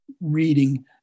reading